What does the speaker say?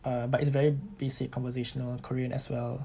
err but it's very basic conversational korean as well